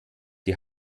die